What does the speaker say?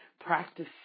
Practice